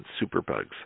superbugs